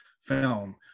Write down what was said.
film